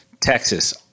Texas